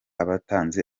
abatanze